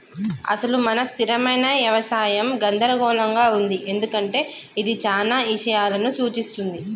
అసలు మన స్థిరమైన యవసాయం గందరగోళంగా ఉంది ఎందుకంటే ఇది చానా ఇషయాలను సూఛిస్తుంది